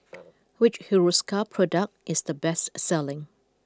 which Hiruscar product is the best selling